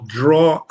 draw